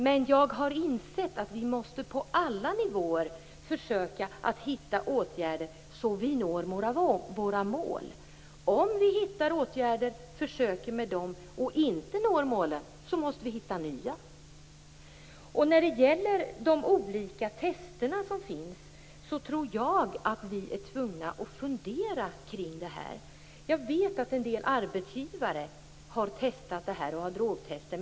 Men jag har insett att vi måste på alla nivåer försöka hitta åtgärder så att vi når våra mål. Om vi försöker vidta åtgärder, men inte når målen, måste vi finna nya. Jag tror att vi måste fundera kring frågan om tester. Jag vet att en del arbetsgivare utför drogtester.